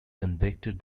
convicted